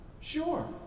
Sure